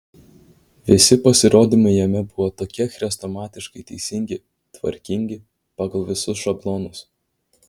visi pasirodymai jame buvo tokie chrestomatiškai teisingi tvarkingi pagal visus šablonus